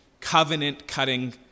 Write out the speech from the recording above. covenant-cutting